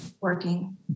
working